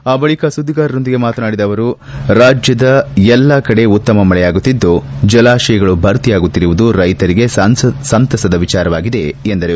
ಆ ಬಳಿಕ ಸುದ್ದಿಗಾರರೊಂದಿಗೆ ಮಾತನಾಡಿದ ಅವರು ರಾಜ್ಯದ ಎಲ್ಲಾ ಕಡೆ ಉತ್ತಮ ಮಳೆಯಾಗುತ್ತಿದ್ದು ಜಲಾಶಯಗಳು ಭರ್ತಿಯಾಗುತ್ತಿರುವುದು ರೈತರಿಗೆ ಸಂತಸದ ವಿಚಾರವಾಗಿದೆ ಎಂದರು